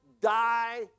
die